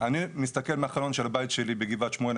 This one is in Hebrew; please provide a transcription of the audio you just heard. אני מסתכל מהחלון של הבית שלי בגבעת שמואל,